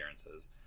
appearances